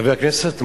חבר הכנסת מולה,